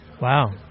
Wow